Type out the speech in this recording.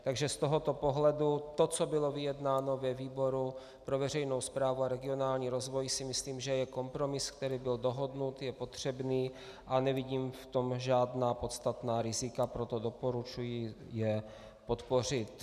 Takže z tohoto pohledu to, co bylo vyjednáno ve výboru pro veřejnou správu a regionální rozvoj, si myslím, že je kompromis, který byl dohodnut, je potřebný, a nevidím v tom žádná podstatná rizika, proto doporučuji je podpořit.